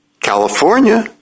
California